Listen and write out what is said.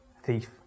thief